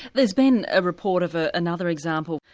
there's been a report of ah another example,